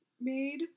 made